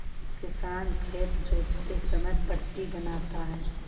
किसान खेत जोतते समय पट्टी बनाता है